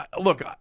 look